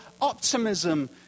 optimism